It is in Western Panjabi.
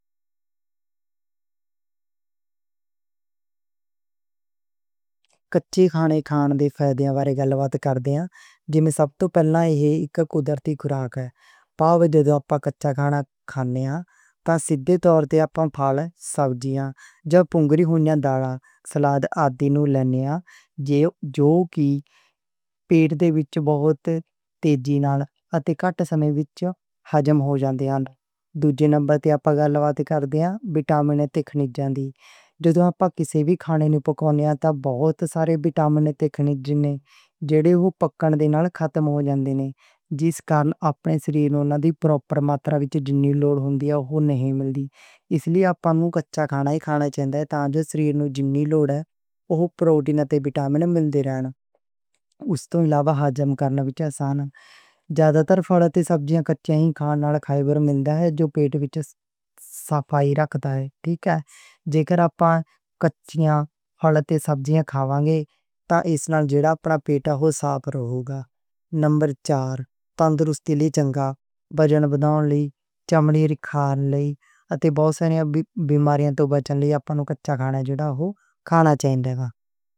کچے کھانے کھانے دے بینیفٹس تے ڈرابیکس بارے گلبات کردے ہن، جے سب توں پہلا ایہ اک قدرتی خوراک ہے۔ پاویں جدوں اپاں کچا کھانا کھاندے ہاں تے سیدھے طور تے اپاں پھلاں، سبزیاں تے سلاد آدی نوں لینے ہاں جو پیٹ دے وچ بہت تیجی نال تے کٹ سمے وچ ہضم ہو جاندے ہن۔ دوجے نمبر تے اپاں وٹامن تے کھنِج بارے گل کردے ہاں؛ جد اپاں کسے وی کھانے نوں پکاون دے ہاں تے بہت سارے وٹامن تے کھنِج جڑے اوہ پکاؤن نال ختم ہو جاندے ہن، جس کارن اپنے سریر نوں پروپر ماترا وچ جناں لوڑ ہوندی ہے اوہ نہیں ملدی، اس لئی اپاں نوں کچا کھانا ہی کھانا چاہیدا ہے۔ تا جو سریر نوں جناں لوڑ ہے اوہ پروٹین، وٹامن تے فائبر ملدے رہندے ہن، ہضم کرنے وچ وی آسانی رہندی ہے تے پیٹ صاف رہندا ہے۔ پر کچھ ڈرابیکس وی ہن: بی ٹویلْو، کیلشیم تے فولیٹ دی کمی ہو سکدی ہے، پروٹین گھٹ مل سکدا ہے، تے آکسیلیٹ ورگے اینٹی نیوٹرینٹ کِڈنی دے مسئلے پیدا کر سکدے ہن۔ کچھ چیزاں دی پروسیسنگ نال بائیوایویلیبیلٹی بدل جاندی ہے، کچے وچ کدے کدے جذب گھٹ ہون دا لوس وی ہوندا ہے، ڈیٹا تے ریسرچ ایہ گل وی دسدی ہے۔ نمبر چار، تندرستی لئی چنگا ایہہ بہت سَریاں بیماریاں توں بچن لئی جےڑا کچا کھانا اپاں نوں جےڑا اوہ کھانا چنگا ہے۔